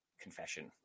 confession